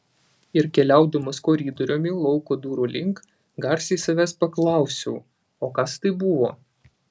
ir keliaudamas koridoriumi lauko durų link garsiai savęs paklausiau o kas tai buvo